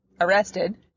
arrested